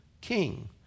king